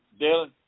Dylan